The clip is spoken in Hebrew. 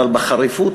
ובחריפות